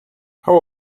how